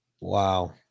Wow